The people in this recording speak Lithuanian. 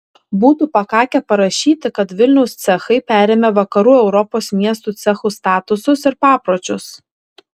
būtų pakakę parašyti kad vilniaus cechai perėmė vakarų europos miestų cechų statusus ir papročius